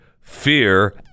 Fear